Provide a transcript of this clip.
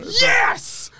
Yes